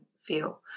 feel